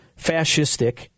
fascistic